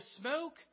smoke